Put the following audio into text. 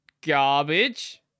garbage